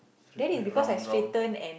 straight round round